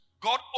God